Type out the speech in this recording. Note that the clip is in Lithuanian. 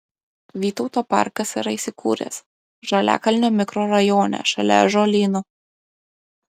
vytauto parkas yra įsikūręs žaliakalnio mikrorajone šalia ąžuolyno